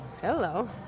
hello